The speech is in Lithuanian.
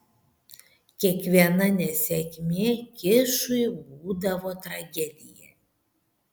kiekviena nesėkmė kišui būdavo tragedija